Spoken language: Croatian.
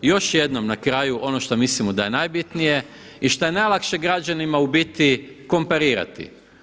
Još jednom na kraju ono što mislimo da je najbitnije i šta je najlakše građanima u biti komparirati.